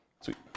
Sweet